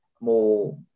more